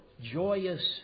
joyous